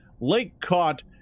lake-caught